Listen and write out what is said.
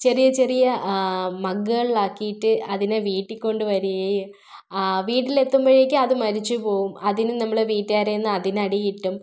ചെറിയ ചെറിയ മഗ്ഗുകളിൽ ആക്കിയിട്ട് അതിനെ വീട്ടിൽ കൊണ്ട് വരികയും വീട്ടിൽ എത്തുമ്പോഴേക്കും അത് മരിച്ച് പോവും അതിന് നമ്മൾ വീട്ടുകാരിൽനിന്ന് അതിന് അടി കിട്ടും